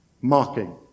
mocking